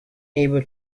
able